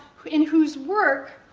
in whose work,